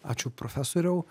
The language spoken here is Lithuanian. ačiū profesoriau